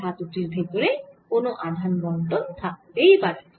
ধাতু টির ভেতরে কোন আধান বণ্টন থাকতেই পারে না